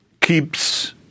keeps